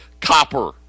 copper